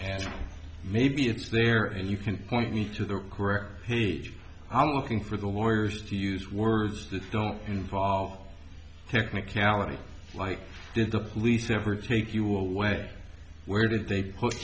and maybe it's there and you can point me to the correct page i'm looking for the lawyers to use words that don't involve technicalities like did the police ever take you away where did they put